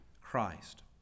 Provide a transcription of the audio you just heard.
Christ